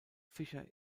fischer